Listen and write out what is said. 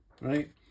right